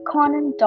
Conan